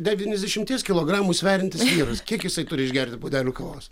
devyniasdešimties kilogramų sveriantis vyras kiek jisai turi išgerti puodelį kavos